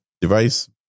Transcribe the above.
device